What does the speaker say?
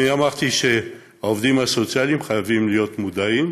אני אמרתי שהעובדים הסוציאליים חייבים להיות מודעים